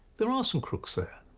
there are some crooks there,